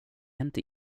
inte